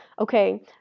Okay